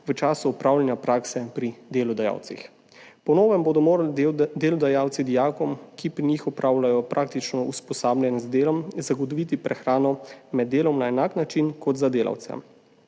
v času opravljanja prakse pri delodajalcih. Po novem bodo morali delodajalci dijakom, ki pri njih opravljajo praktično usposabljanje z delom, zagotoviti prehrano med delom na enak način kot za delavce.